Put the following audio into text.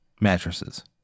mattresses